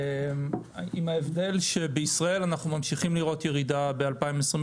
עם ההבדל שבישראל אנחנו ממשיכים לראות ירידה ב-2023,